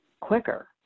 quicker